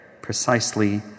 precisely